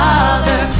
Father